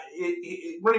running